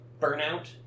burnout